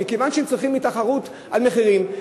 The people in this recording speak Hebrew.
מכיוון שהם צריכים לקיים תחרות על המחירים,